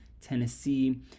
Tennessee